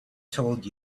told